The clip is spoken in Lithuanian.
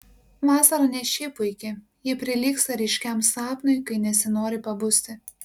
vasara ne šiaip puiki ji prilygsta ryškiam sapnui kai nesinori pabusti